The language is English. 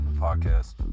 Podcast